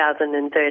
2013